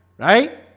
right?